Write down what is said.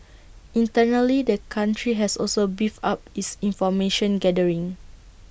internally the country has also beefed up its information gathering